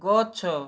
ଗଛ